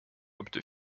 opte